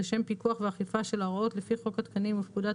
לשם פיקוח ואכיפה של ההוראות לפי חוק התקנים ופקודת